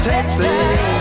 Texas